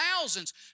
thousands